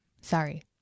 Sorry